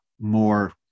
more